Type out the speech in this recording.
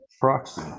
proxy